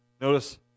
Notice